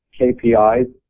KPIs